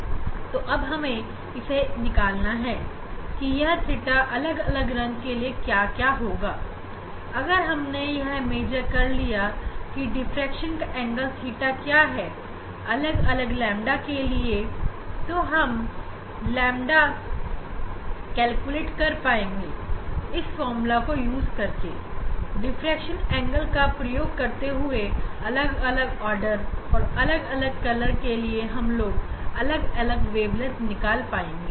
तो अब हमें यह निकालना है कि यह थीटा अलग अलग रंग के लिए क्या होगा अगर हमने यह मेजर कर लिया की डिफ़्रैक्शन का एंगल थीटा क्या है अलग अलग ƛ के लिए तो हम इस फार्मूला का इस्तेमाल करके डिफ़्रैक्शन एंगल का प्रयोग करते हुए अलग अलग ऑर्डर और अलग अलग रंग के लिए ƛ कैलकुलेट कर पाएंगे